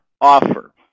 offer